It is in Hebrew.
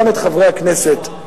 גם את חברי הכנסת.